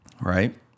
right